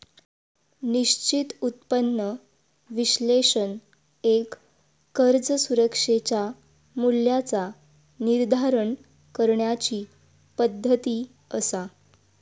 निश्चित उत्पन्न विश्लेषण एक कर्ज सुरक्षेच्या मूल्याचा निर्धारण करण्याची पद्धती असा